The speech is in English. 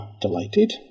delighted